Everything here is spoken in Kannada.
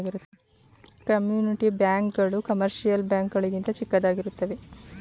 ಕಮ್ಯುನಿಟಿ ಬ್ಯಾಂಕ್ ಗಳು ಕಮರ್ಷಿಯಲ್ ಬ್ಯಾಂಕ್ ಗಳಿಗಿಂತ ಚಿಕ್ಕದಾಗಿರುತ್ತವೆ